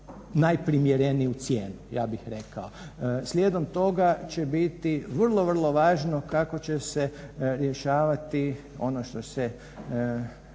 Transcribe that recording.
najprimjereniju cijenu ja bih rekao. Slijedom toga će biti vrlo vrlo važno kako će se rješavati ono što se